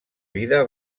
vida